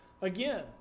again